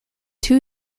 two